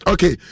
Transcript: Okay